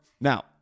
Now